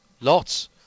lots